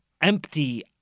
empty